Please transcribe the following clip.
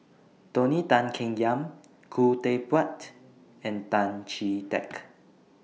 Tony Tan Keng Yam Khoo Teck Puat and Tan Chee Teck